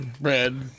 bread